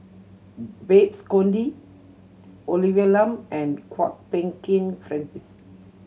Babes Conde Olivia Lum and Kwok Peng Kin Francis